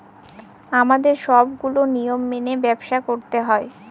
আমাদের সবগুলো নিয়ম মেনে ব্যবসা করতে হয়